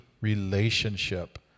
relationship